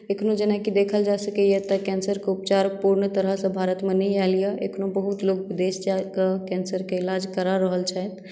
एखनो जेना देखल जा सकैया एतऽ कैन्सर के उपचार पुर्ण तरह सॅं भारतमे नहि आयल यऽ एखनो बहुत लोक विदेश जाकऽ कैन्सर के इलाज करा रहल छथि